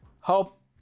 help